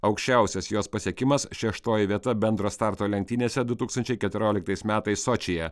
aukščiausias jos pasiekimas šeštoji vieta bendro starto lenktynėse du tūkstančiai keturioliktais metais sočyje